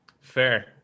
Fair